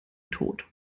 tod